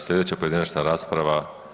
Slijedeća pojedinačna rasprava.